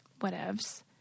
whatevs